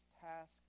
task